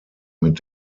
mit